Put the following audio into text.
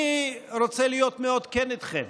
אני רוצה להיות מאוד כן אתכם.